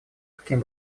каким